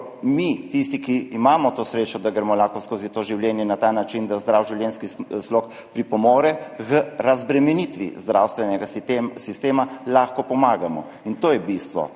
mi, tisti, ki imamo to srečo, da gremo lahko skozi to življenje na ta način, da zdrav življenjski slog pripomore k razbremenitvi zdravstvenega sistema, lahko pomagamo, in to je bistvo.